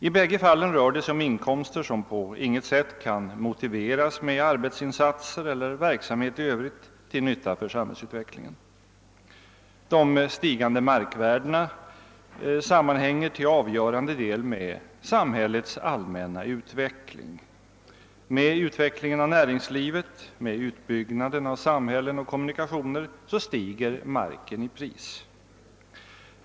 I bägge fallen rör det sig om inkomster som på intet sätt kan motiveras med arbetsinsatser eller verksamhet i övrigt till nytta för samhällsutvecklingen. De stigande markvärdena sammanhänger till avgörande del med samhällets allmänna utveckling. Med utvecklingen av näringslivet, med utbyggnaden av samhällen och kommunikationer stiger marken i pris.